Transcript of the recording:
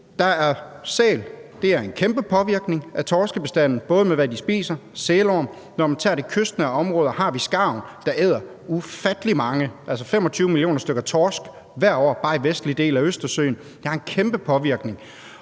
der er sæler, og det udgør en kæmpe påvirkning for torskebestanden, bl.a. med hensyn til hvad de spiser, sælorm. Når man tager de kystnære områder, har vi skarven, der æder ufattelig mange, 25 millioner, stykker torsk hvert år i bare den vestlige del af Østersøen. Der er en kæmpe påvirkning.